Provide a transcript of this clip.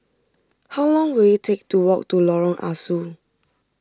how long will it take to walk to Lorong Ah Soo